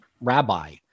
rabbi